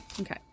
Okay